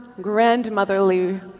grandmotherly